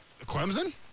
Clemson